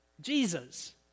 Jesus